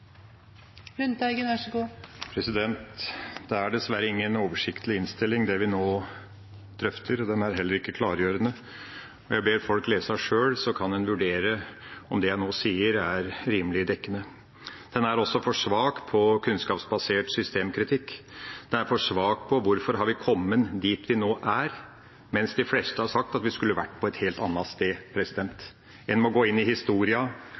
heller ikke klargjørende. Jeg ber folk lese sjøl, så kan en vurdere om det jeg nå sier, er rimelig dekkende. Den er også for svak på kunnskapsbasert systemkritikk. Den er for svak på hvorfor vi har kommet dit vi nå er, mens de fleste har sagt at vi skulle vært på et helt annet sted. En må gå inn i